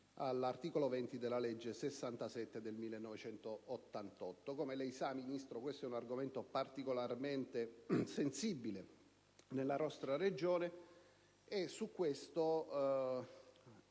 all'articolo 20 della legge n. 67 del 1988. Come lei sa, signor Ministro, questo è un argomento particolarmente sensibile nella nostra Regione, rispetto